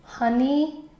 honey